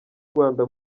rwanda